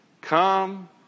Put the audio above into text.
Come